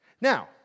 Now